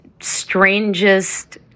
strangest